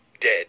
dead